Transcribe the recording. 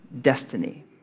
destiny